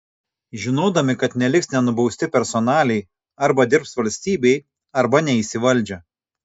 žinodami kad neliks nenubausti personaliai arba dirbs valstybei arba neis į valdžią